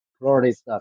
pluralist